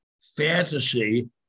fantasy